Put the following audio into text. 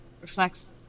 reflects